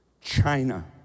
China